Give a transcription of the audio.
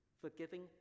forgiving